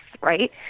right